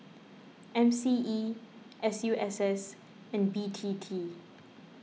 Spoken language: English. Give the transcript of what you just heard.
M C E S U S S and B T T